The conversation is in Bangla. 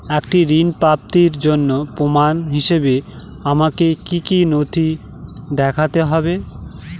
একটি ঋণ প্রাপ্তির জন্য প্রমাণ হিসাবে আমাকে কী কী নথি দেখাতে হবে?